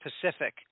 Pacific